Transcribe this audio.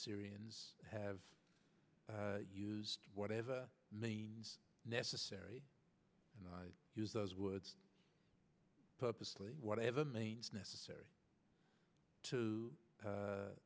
syrians have to use whatever means necessary and use those words purposely whatever means necessary to